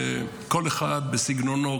כל אחד בסגנונו,